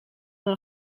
een